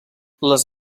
les